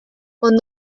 con